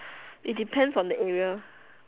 it depends on the area